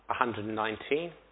119